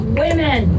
women